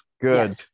Good